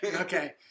Okay